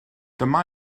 dyma